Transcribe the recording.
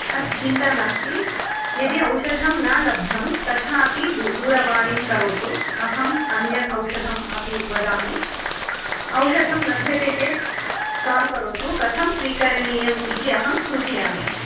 अस्तु चिन्ता नास्ति यदि औषधं न लब्धं तथापि दूरवाणीं करोतु अहम् अन्यत् औषधम् अपि वदामि औषधं लभ्यते चेत् काल् करोतु कथं स्वीकरणीयम् इति अहं सूचयामि